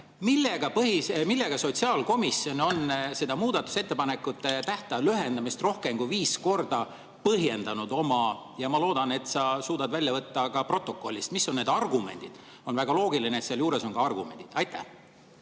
Millega sotsiaalkomisjon on muudatusettepanekute tähtaja lühendamist rohkem kui viis korda põhjendanud? Ma loodan, et sa suudad protokollist välja võtta, mis on need argumendid. On väga loogiline, et seal juures on ka argumendid. Aitäh,